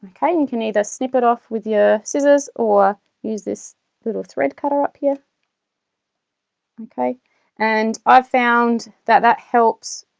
kind of you can either snip it off with your scissors or use this little thread cutter up here okay and i've found that that helps